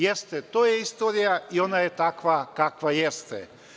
Jeste, to je istorija i ona je takva kakva jeste.